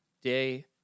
day